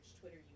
Twitter